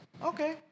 Okay